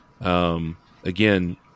Again